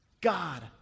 God